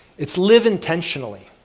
it's live intentionally.